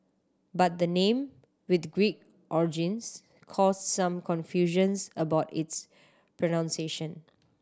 but the name with Greek origins cause some confusions about its pronunciation